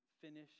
finish